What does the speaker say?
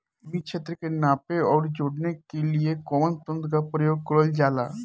भूमि क्षेत्र के नापे आउर जोड़ने के लिए कवन तंत्र का प्रयोग करल जा ला?